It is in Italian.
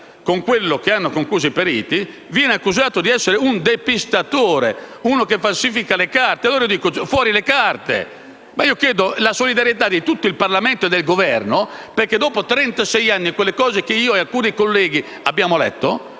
con quello che hanno concluso i periti, viene accusato di essere un depistatore e uno che falsifica le carte. Allora io dico: fuori le carte! E chiedo la solidarietà di tutto il Parlamento e del Governo, perché, dopo trentasei anni, si possano conoscere quelle cose che io e alcuni colleghi abbiamo letto.